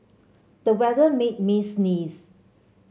the weather made me sneeze